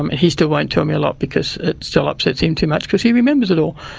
um and he still won't tell me a lot because it still upsets him too much, because he remembers it all.